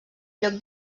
lloc